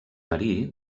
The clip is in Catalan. marí